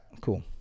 Cool